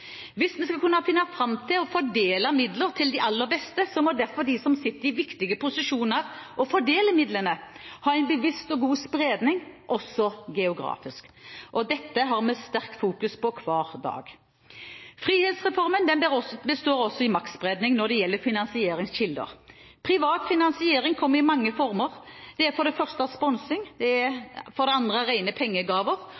Hvis vi skal kunne finne fram til og fordele midler til de aller beste, må derfor de som sitter i viktige posisjoner og fordeler midlene, være bevisste på god spredning også geografisk. Dette har vi sterkt fokus på hver dag. Frihetsreformen består også i maktspredning når det gjelder finansieringskilder. Privat finansiering kommer i mange former: Det er for det første sponsing. For det